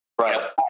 Right